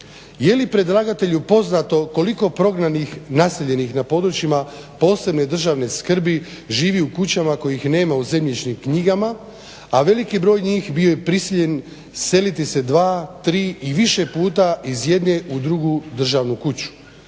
Je li predlagatelju poznato koliko prognanih, naseljenih na područjima posebne državne skrbi živi u kućama kojih nema u zemljišnim knjigama, a veliki broj njih bio je prisiljen seliti se dva, tri i više puta iz jedne u drugu državnu kuću.